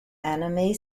anime